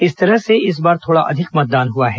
इस तरह से इस बार थोड़ा अधिक मतदान हुआ है